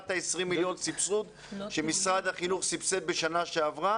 20 מיליון שמשרד החינוך סבסד בשנה שעברה